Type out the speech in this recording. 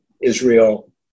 Israel